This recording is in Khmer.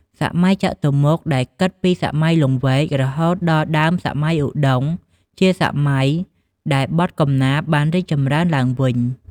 សម័យចតុម្មុខដែលគិតពីសម័យលង្វែក រហូតដល់ដើមសម័យឧត្តុង្គ ជាសម័យដែលបទកំណាព្យបានរីកចម្រើនឡើងវិញ។